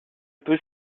peut